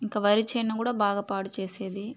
ఇంక వరి చేను కూడా బాగా పాడు చేసేవి